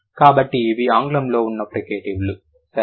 కాబట్టి ఇవి ఆంగ్లంలో ఉన్న ఫ్రికేటివ్లు సరేనా